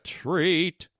treat